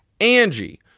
Angie